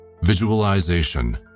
Visualization